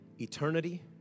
Eternity